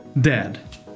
dead